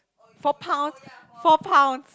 four pound four pounds